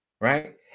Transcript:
right